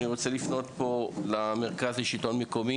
אני רוצה לפנות למרכז השלטון המקומי,